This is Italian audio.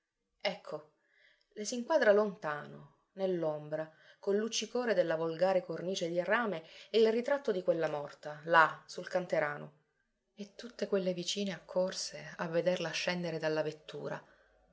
ecco le s'inquadra lontano nell'ombra col luccicore della volgare cornice di rame il ritratto di quella morta là sul canterano e tutte quelle vicine accorse a vederla scendere dalla vettura